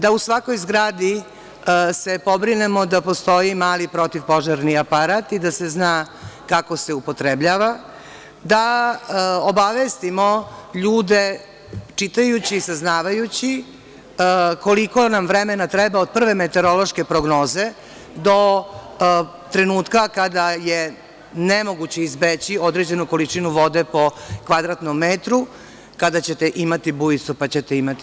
Da u svakoj zgradi se pobrinemo da postoji mali protivpožarni aparat i da se zna kako se upotrebljava, da obavestimo ljude čitajući i saznavajući koliko nam vremena treba od prve meteorološke prognoze do trenutka kada je nemoguće izbeći određenu količinu vode po kvadratnom metru, kada ćete imati bujicu pa ćete imati.